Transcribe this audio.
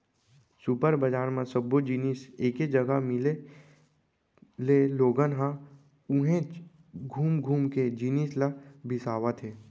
super बजार म सब्बो जिनिस एके जघा मिले ले लोगन ह उहेंच घुम घुम के जिनिस ल बिसावत हे